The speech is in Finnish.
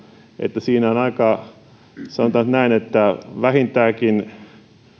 että on aika sanotaan nyt näin vähintäänkin